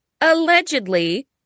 allegedly